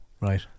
right